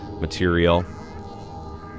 material